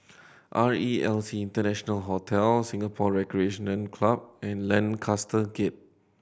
R E L C International Hotel Singapore Recreation Club and Lancaster Gate